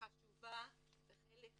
חשובה והיא חלק מנפשכם.